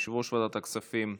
יושב-ראש ועדת הכספים.